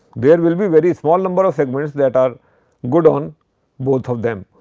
there will be very small number of segments that are good on both of them